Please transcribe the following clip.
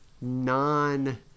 non